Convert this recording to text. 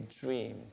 dream